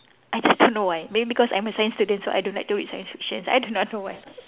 I just don't know why maybe cause I'm a science student so I don't like to read science fictions I do not know why